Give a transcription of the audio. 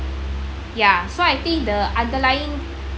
ya so I think the underlying